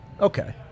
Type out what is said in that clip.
Okay